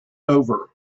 over